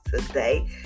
today